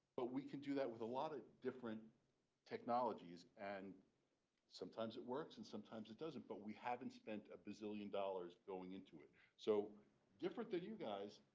but we can do that with a lot of different technologies. and sometimes it works and sometimes it doesn't. but we haven't spent billion dollars going into it. so different than you guys,